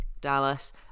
Dallas